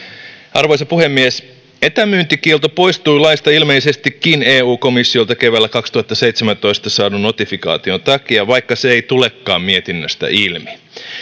arvoisa puhemies etämyyntikielto poistui laista ilmeisestikin eu komissiolta keväällä kaksituhattaseitsemäntoista saadun notifikaation takia vaikka se ei tulekaan mietinnöstä ilmi